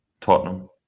Tottenham